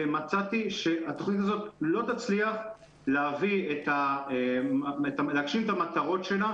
מצאתי שהתוכנית הזאת לא תצליח להגשים את המטרות שלה